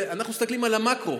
אנחנו מסתכלים על המקרו,